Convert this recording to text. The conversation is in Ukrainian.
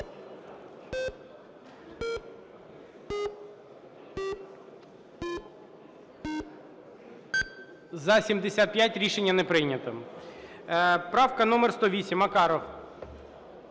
За-75 Рішення не прийнято. Правка номер 108, Макаров.